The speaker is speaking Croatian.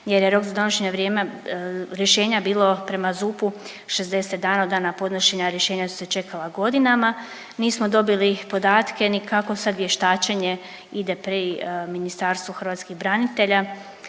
.../nerazumljivo/... rješenja bilo prema ZUP-u 60 dana od dana podnošenja rješenja su se čekala godinama. Nismo dobili podatke ni kako sad vještačenje ide pri Ministarstvu hrvatskih branitelja,